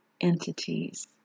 entities